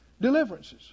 deliverances